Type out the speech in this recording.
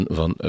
van